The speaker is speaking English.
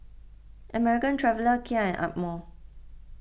American Traveller Kia and Amore